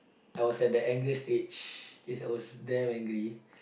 I was at the anger stage yes I was damn angry